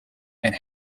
and